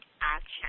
action